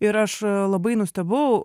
ir aš labai nustebau